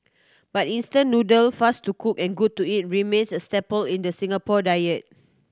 but instant noodles fast to cook and good to eat remains a staple in the Singapore diet